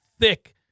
thick